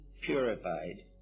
purified